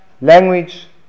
language